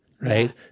Right